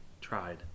tried